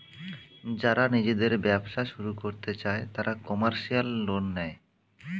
যারা নিজেদের ব্যবসা শুরু করতে চায় তারা কমার্শিয়াল লোন নেয়